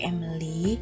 Emily